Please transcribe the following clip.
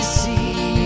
see